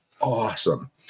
awesome